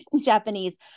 Japanese